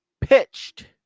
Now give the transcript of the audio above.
pitched